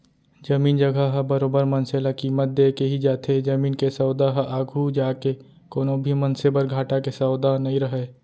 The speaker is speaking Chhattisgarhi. जमीन जघा ह बरोबर मनसे ल कीमत देके ही जाथे जमीन के सौदा ह आघू जाके कोनो भी मनसे बर घाटा के सौदा नइ रहय